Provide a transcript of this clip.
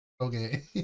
Okay